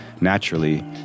naturally